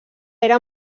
era